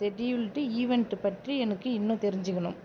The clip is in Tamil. செட்யூல்டு ஈவெண்ட்டு பற்றி எனக்கு இன்னும் தெரிஞ்சிக்கணும்